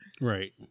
Right